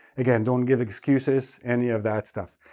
again, don't give excuses, any of that stuff.